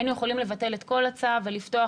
היינו יכולים לבטל את כל הצו ולפתוח